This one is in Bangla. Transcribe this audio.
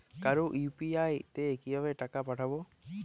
কারো ইউ.পি.আই তে কিভাবে টাকা পাঠাবো?